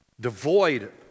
Devoid